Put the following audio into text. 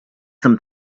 some